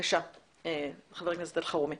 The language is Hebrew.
בבקשה ח"כ אלחרומי.